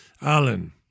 Alan